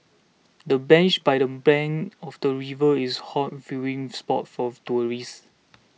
the bench by the blank of the river is a hot viewing spot for tourists